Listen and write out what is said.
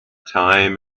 time